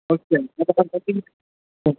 okay